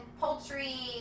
poultry